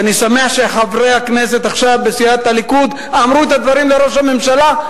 ואני שמח שחברי הכנסת אמרו עכשיו בסיעת הליכוד את הדברים לראש הממשלה,